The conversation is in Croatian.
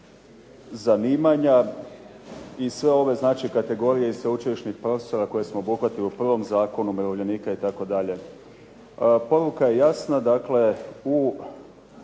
zanimanja i sve ove znači kategorije i sveučilišnih profesora koje smo obuhvatili u prvom zakonu umirovljenika itd. Poruka je jasna da se u